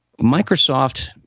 Microsoft